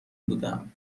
بودم